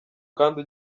kandi